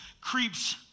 creeps